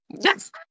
yes